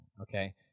okay